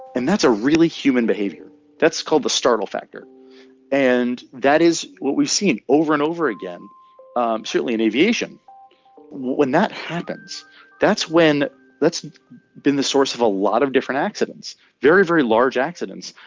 and that's a really human behavior that's called the startle factor and that is what we've seen over and over again certainly in aviation when that happens that's when that's been the source of a lot of different accidents very very large accidents.